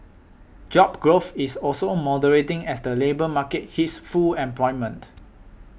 job growth is also moderating as the labour market hits full employment